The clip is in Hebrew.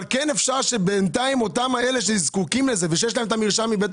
אבל כן אפשר שבינתיים אלה שזקוקים לזה ושיש להם המרשם מבית